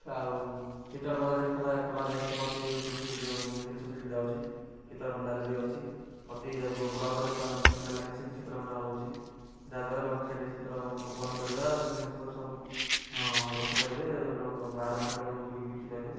ଆଉ ଶୀତଳ ପଦାରରେ ବି ଖୋଲା ଯାଇଛି ପ୍ରତି କୃଷି ଜିନିଷ ସେଇଠି ଯାଉଛି ଶୀତଳ ଭଣ୍ଡାର ବି ଅଛି ପ୍ରତି ବ୍ଲକ୍ରେ ତିନିଟା ଲେଖେ ଶୀତଳ ଭଣ୍ଡାର ରହୁଛି ଯାହାଦ୍ୱାରା ଲୋକ ସେଇଟା ଶୀତଳ ପନିପରିବା ଜିନିଷପତ୍ର ସବୁ ରଖିପାରିବେ ଲୋକ ବାହାର ମାର୍କେଟ୍କୁ ବୁଲିକି ଦେଖି ପାରିବେ